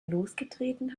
losgetreten